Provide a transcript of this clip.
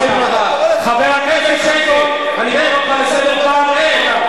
חבר הכנסת חסון, אני קורא אותך לסדר פעם ראשונה.